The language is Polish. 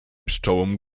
pszczołom